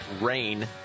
rain